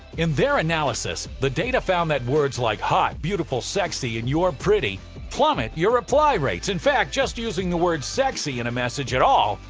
in their analysis, the data found that words like hot, beautiful, sexy and you're pretty plummet your reply rates. in fact, just using the word sexy in a message at all,